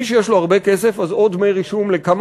מי שיש לו הרבה כסף אז עוד דמי רישום לכמה